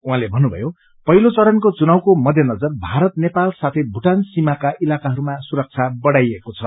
उहाँले भन्नुभयो पहिलो चरणको चुनावको मध्यनजर भारत नेपाल साथै भूटान सीमाका इलाकाहरूमा सुरक्षा बढ़ाइएको छ